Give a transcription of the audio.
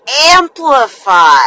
amplify